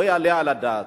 לא יעלה על הדעת.